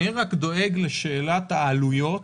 אני רק דואג לשאלת העלויות